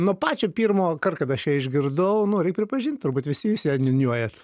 nuo pačio pirmo kart kada aš ją išgirdau nu reik pripažint turbūt visi jūs ją niūniuojant